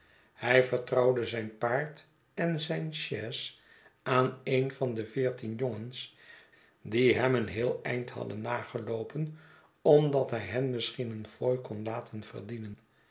hij vertrouwde zijn paard en zijn chais aan een van de veertien jongens die hem een heel eind hadden nageloopen omdat hij hen misschien een fooi kon laten verdienen